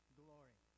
glory